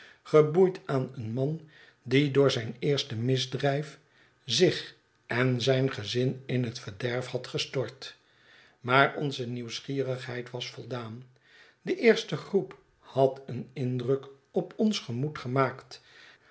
geboeid aan een man die door zijn eerste misdrijf zich en zijn gezin in het verderf had gestort maar onze nieuwsgierigheid was voldaan de eerste groep had een indruk op ons gemoed gemaakt